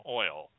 oil